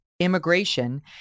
immigration